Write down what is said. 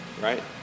right